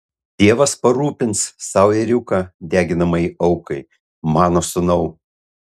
dievas parūpins sau ėriuką deginamajai aukai mano sūnau